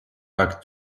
like